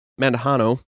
Mandahano